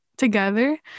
together